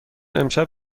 امشب